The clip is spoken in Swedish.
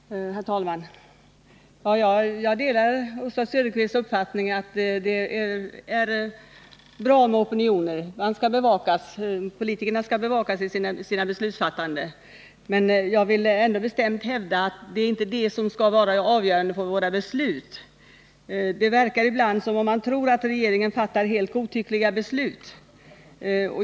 Herr talman! Jag delar Oswald Söderqvists uppfattning att det är bra med opinioner. Politikerna skall bevakas i sitt beslutsfattande. Men jag vill ändå bestämt hävda att opinioner inte skall vara avgörande för besluten. Det verkar ibland som om man tror att regeringen fattar helt godtyckliga beslut.